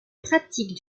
pratique